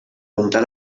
muntar